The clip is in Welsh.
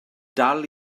dal